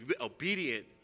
obedient